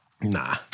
Nah